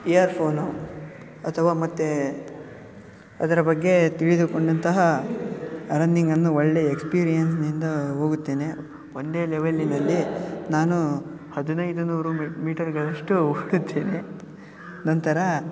earphone ಅಥವಾ ಮತ್ತು ಅದರ ಬಗ್ಗೆ ತಿಳಿದುಕೊಂಡಂತಹ ರನ್ನಿಂಗನ್ನು ಒಳ್ಳೆಯ ಎಕ್ಸ್ಪೀರಿಯನ್ಸ್ನಿಂದ ಹೋಗುತ್ತೇನೆ ಒಂದೇ ಲೆವೆಲ್ಲಿನಲ್ಲಿ ನಾನು ಹದಿನೈದು ನೂರು ಮಿ ಮೀಟರ್ಗಳಷ್ಟು ಓಡುತ್ತೇನೆ ನಂತರ